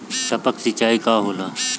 टपक सिंचाई का होला?